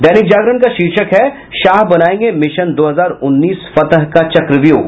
दैनिक जागरण का शीर्षक है शाह बनायेंगे मिशन दो हजार उन्नीस फतह का चक्रव्यूह